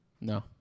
No